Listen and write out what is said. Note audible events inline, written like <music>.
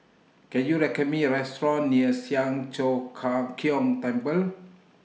Can YOU recommend Me A Restaurant near Siang Cho <unintelligible> Keong Temple